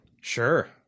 Sure